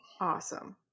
Awesome